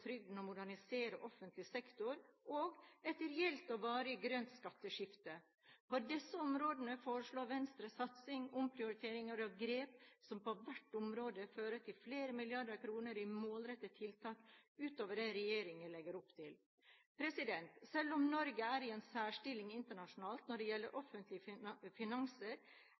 og modernisere offentlig sektor et reelt og varig grønt skatteskifte. På disse områdene foreslår Venstre satsinger, omprioriteringer og grep, som på hvert område fører til flere milliarder kroner i målrettede tiltak utover det regjeringen legger opp til. Selv om Norge er i en særstilling internasjonalt når det gjelder offentlige finanser,